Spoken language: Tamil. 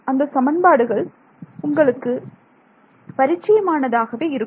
அந்த சமன்பாடுகள் உங்களுக்கு பரிச்சயமானதாகவே இருக்கும்